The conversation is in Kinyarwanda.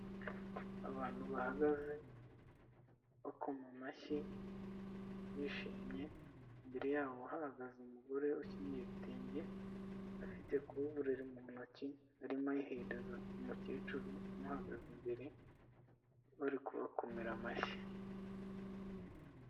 Abantu bahagaze, bakoma amashyi, bishimye imbere yabo hahagaze umugore ukenyeye ibitenge, afite kuvurori mu ntoki arimo ayihereza umukecuru umuhagaze imbere, bari kubakomera amashyi.